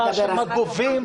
על מגובים,